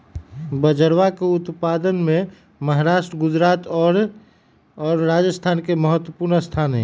बजरवा के उत्पादन में महाराष्ट्र गुजरात और राजस्थान के महत्वपूर्ण स्थान हई